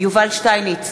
יובל שטייניץ,